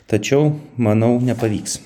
tačiau manau nepavyks